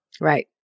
Right